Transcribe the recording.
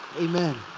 amen.